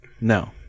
No